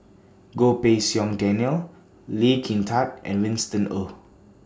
Goh Pei Siong Daniel Lee Kin Tat and Winston Oh